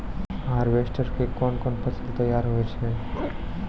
Harvester के कोन कोन फसल तैयार होय छै?